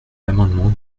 l’amendement